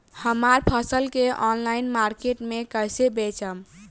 हमार फसल के ऑनलाइन मार्केट मे कैसे बेचम?